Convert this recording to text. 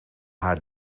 haar